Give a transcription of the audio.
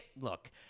Look